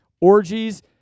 orgies